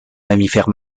mammifères